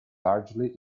largely